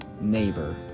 neighbor